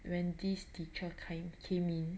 when this teacher came came in